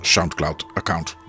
Soundcloud-account